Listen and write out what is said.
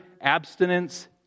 abstinence